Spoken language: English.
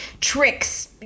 tricks